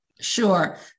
Sure